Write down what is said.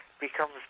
becomes